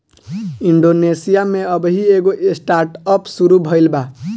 Indonesia में अबही एगो स्टार्टअप शुरू भईल बा